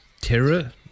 terror